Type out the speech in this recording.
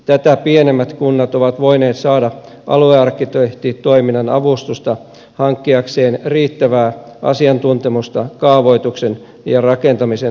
tätä pienemmät kunnat ovat voineet saada aluearkkitehtitoiminnan avustusta hankkiakseen riittävää asiantuntemusta kaavoituksen ja rakentamisen ohjauksen tehtäviin